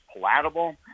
palatable